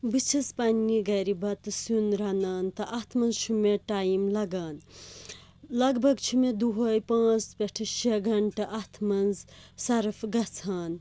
بہٕ چھَس پنٛنہِ گَرِ بَتہٕ سیُن رَنان تہٕ اَتھ منٛز چھُ مےٚ ٹایِم لَگان لَگ بَگ چھِ مےٚ دۄہَے پانٛژھ پٮ۪ٹھٕ شےٚ گھَنٛٹہٕ اَتھ منٛز سَرٕف گژھان